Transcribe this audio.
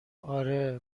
آره